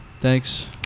Thanks